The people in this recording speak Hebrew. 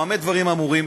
במה דברים אמורים,